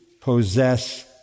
possess